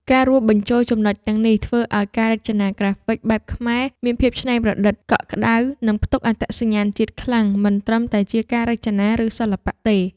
ការរួមបញ្ចូលចំណុចទាំងនេះធ្វើឲ្យការរចនាក្រាហ្វិកបែបខ្មែរមានភាពច្នៃប្រឌិត កក់ក្តៅ និងផ្ទុកអត្តសញ្ញាណជាតិខ្លាំង មិនត្រឹមតែជាការរចនា ឬសិល្បៈទេ។